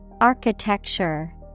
Architecture